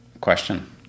Question